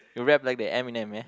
you rap like the Eminem yeah